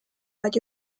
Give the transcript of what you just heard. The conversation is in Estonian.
oled